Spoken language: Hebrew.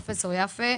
פרופ' יפה,